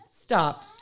stop